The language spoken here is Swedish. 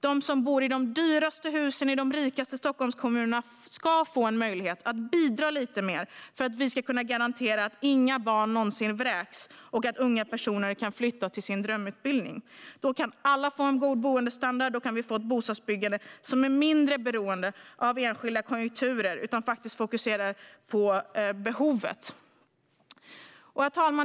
De som bor i de dyraste husen i de rikaste Stockholmskommunerna ska få möjlighet att bidra lite mer för att vi ska kunna garantera att inga barn någonsin vräks och att unga personer kan flytta till sin drömutbildning. Då kan alla få god boendestandard, och då kan vi få ett bostadsbyggande som är mindre beroende av enskilda konjunkturer och faktiskt fokuserar på behovet. Herr talman!